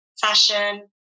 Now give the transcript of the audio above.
fashion